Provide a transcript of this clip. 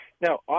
Now